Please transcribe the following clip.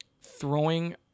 throwing